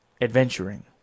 adventuring